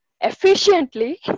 efficiently